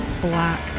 black